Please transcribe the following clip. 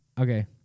Okay